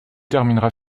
terminera